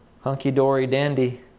hunky-dory-dandy